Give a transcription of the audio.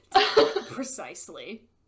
Precisely